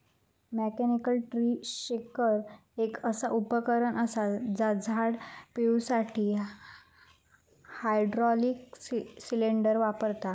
mechanical tree shaker एक असा उपकरण असा जा झाड पिळुसाठी हायड्रॉलिक सिलेंडर वापरता